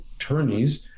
attorneys